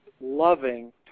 loving